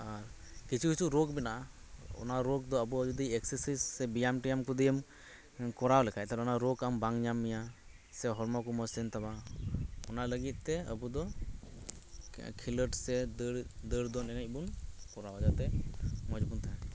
ᱟᱨ ᱠᱤᱪᱷᱩ ᱠᱤᱪᱷᱩ ᱨᱳᱜᱽ ᱢᱮᱱᱟᱜᱼᱟ ᱚᱱᱟ ᱨᱳᱜᱽ ᱫᱚ ᱟᱵᱚ ᱡᱩᱫᱤ ᱮᱠᱥᱮᱥᱟᱭᱤᱡᱽ ᱥᱮ ᱵᱮᱭᱟᱢ ᱴᱮᱭᱟᱢ ᱠᱚ ᱫᱤᱭᱮᱢ ᱠᱚᱨᱟᱣ ᱞᱮᱠᱷᱟᱡ ᱚᱱᱟ ᱨᱳᱜᱽ ᱟᱢ ᱵᱟᱝ ᱧᱟᱢ ᱢᱮᱭᱟ ᱥᱮ ᱦᱚᱲᱢᱚ ᱠᱚ ᱢᱚᱸᱡᱽ ᱛᱟᱦᱮᱸᱱ ᱛᱟᱢᱟ ᱚᱱᱟ ᱞᱟᱜᱤᱫ ᱛᱮ ᱟᱵᱚ ᱫᱚ ᱠᱷᱮᱞ ᱠᱷᱮᱞᱳᱰ ᱥᱮ ᱫᱟᱹᱲ ᱫᱟᱹᱲ ᱫᱚᱱ ᱮᱱᱮᱡ ᱵᱚᱱ ᱠᱚᱨᱟᱣ ᱫᱟ ᱡᱟᱛᱮ ᱢᱚᱸᱡᱽ ᱵᱚᱱ ᱛᱟᱦᱮᱸᱱᱟ